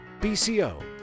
BCO